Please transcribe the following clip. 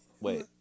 Wait